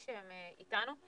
תוודאי שרשות המסים איתנו.